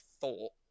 thought